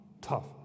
tough